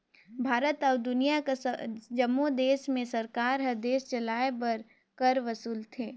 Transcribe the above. भारत अउ दुनियां कर जम्मो देस में सरकार हर देस चलाए बर कर वसूलथे